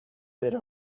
بره